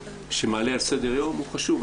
שמעלה על סדר יום הוא חשוב.